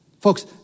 Folks